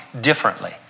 differently